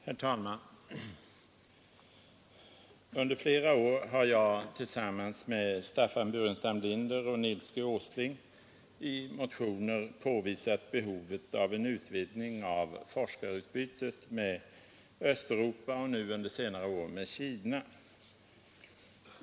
Herr talman! Under flera år har jag tillsammans med herrar Staffan Burenstam Linder och Nils G. Åsling i motioner påvisat behovet av en utvidgning av forskarutbytet med Östeuropa och nu under senare år med Kina.